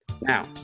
now